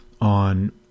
on